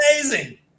amazing